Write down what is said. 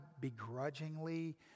begrudgingly